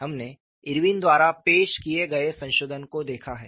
हमने इरविन द्वारा पेश किए गए संशोधन को देखा है